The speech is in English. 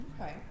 okay